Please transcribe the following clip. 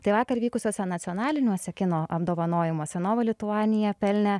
tai vakar vykusiuose nacionaliniuose kino apdovanojimuose nova lituanija pelnė